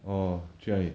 orh 去哪里